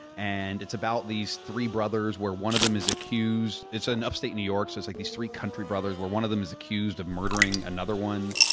and it's about these three brothers where one of them is accused. it's ah in upstate new york, so it's like these three country brothers where one of them is accused of murdering another one.